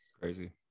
crazy